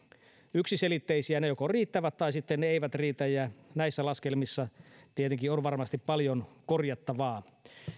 yksiselitteisiä ne joko riittävät tai sitten ne eivät riitä ja näissä laskelmissa tietenkin on varmasti paljon korjattavaa